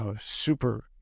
super